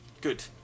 Good